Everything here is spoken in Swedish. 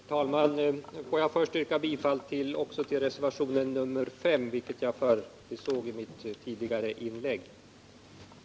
Herr talman! Låt mig först yrka bifall också till reservationen 5, vilket jag förbisåg i mitt tidigare inlägg.